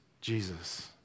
Jesus